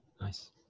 Nice